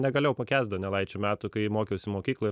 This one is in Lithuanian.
negalėjau pakęst donelaičio metų kai mokiausi mokykloj